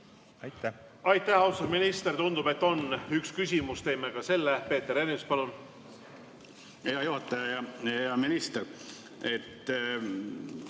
palun! Aitäh, austatud minister! Tundub, et on üks küsimus, teeme ka selle. Peeter Ernits, palun! Hea juhataja! Hea minister!